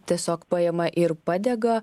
tiesiog paima ir padega